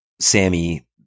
Sammy